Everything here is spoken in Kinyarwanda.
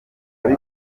ari